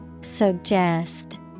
Suggest